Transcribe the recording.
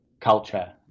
culture